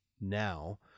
now